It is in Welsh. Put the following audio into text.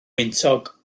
wyntog